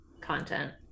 content